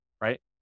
right